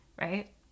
right